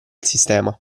sistema